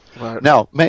Now